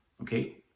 okay